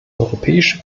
europäische